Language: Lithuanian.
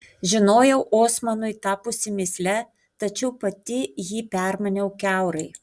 žinojau osmanui tapusi mįsle tačiau pati jį permaniau kiaurai